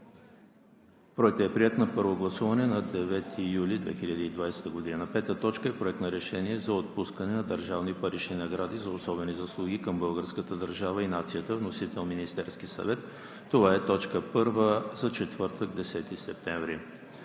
Проектът е приет на първо гласуване на 9 юли 2020 г. 5. Проект на решение за отпускане на държавни парични награди за особени заслуги към българската държава и нацията. Вносител е Министерският съвет – точка първа за четвъртък, 10 септември